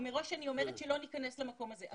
מראש אני אומרת שלא ניכנס למקום הזה.